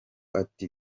ati